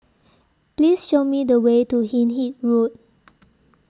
Please Show Me The Way to Hindhede Road